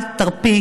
אל תרפי